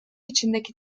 içindeki